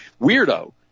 weirdo